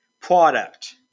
Product